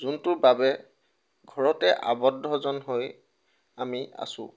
যোনটোৰ বাবে ঘৰতে আৱদ্ধজন হৈ আমি আছোঁ